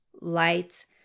light